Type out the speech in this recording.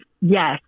Yes